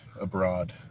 abroad